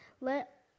Let